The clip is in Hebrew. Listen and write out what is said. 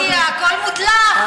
קודם כול, תודה רבה, לא, כי הכול מודלף.